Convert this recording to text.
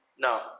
Now